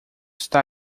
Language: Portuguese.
está